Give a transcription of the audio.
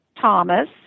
Thomas